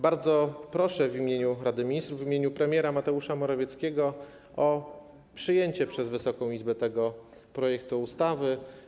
Bardzo proszę w imieniu Rady Ministrów, w imieniu premiera Mateusza Morawieckiego o przyjęcie przez Wysoką Izbę tego projektu ustawy.